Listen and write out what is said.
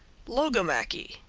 logomachy,